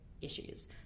issues